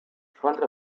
front